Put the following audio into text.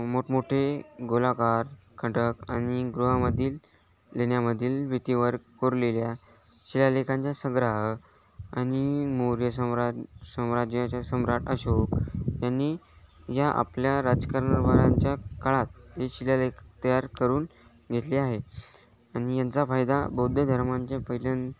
मोठमोठे गोलाकार खडक आणि गुहामधील लेण्यामधील भिंतीवर कोरलेल्या शिलालेखांच्या सग्रह आणि मौर्य समाज साम्राज्याच्या सम्राट अशोक यांनी या आपल्या राजकारभाराच्या काळात हे शिलालेख तयार करून घेतले आहे आणि यांचा फायदा बौद्ध धर्मांच्या पहिल्यांदा